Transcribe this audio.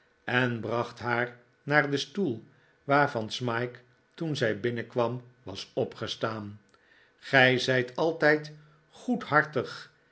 en bracht haar naar den stoel waarvan smike toen zij binnenkwam was opgestaan gij zijt altijd